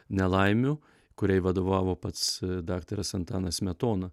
nelaimių kuriai vadovavo pats daktaras antanas smetona